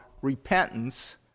repentance